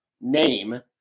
name